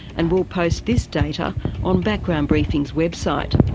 and we'll post this data on background briefing's website.